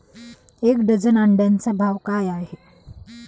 एक डझन अंड्यांचा भाव काय आहे?